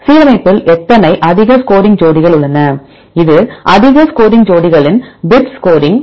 சீரமைப்பில் எத்தனை அதிக ஸ்கோரிங் ஜோடிகள் உள்ளன இது அதிக ஸ்கோரிங் ஜோடிகளின் பிட் ஸ்கோரிங்